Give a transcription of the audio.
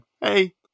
Hey